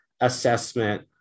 assessment